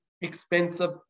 expensive